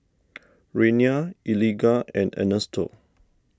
Rayna Eligah and Ernesto